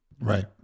right